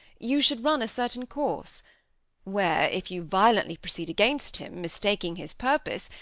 you should run a certain course where, if you violently proceed against him, mistaking his purpose,